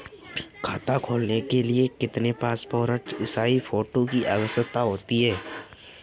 खाता खोलना के लिए कितनी पासपोर्ट साइज फोटो की आवश्यकता होती है?